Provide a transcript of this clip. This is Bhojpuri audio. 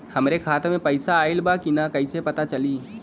हमरे खाता में पैसा ऑइल बा कि ना कैसे पता चली?